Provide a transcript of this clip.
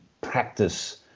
practice